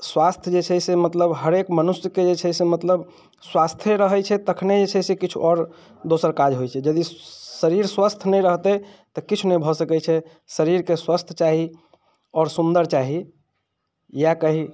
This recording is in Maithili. स्वास्थ्य जे छै से मतलब हरेक मनुष्यके जे छै से मतलब स्वास्थे रहैत छै तखने जे छै से किछु और दोसर काज होइत छै यदि शरीर स्वस्थ नहि रहते तऽ किछु नहि भऽ सकैत छै शरीरके स्वस्थ रहेके चाही आओर सुन्दर चाही इएह कही